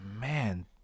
man